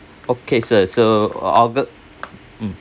okay sir so au~ augu~ mm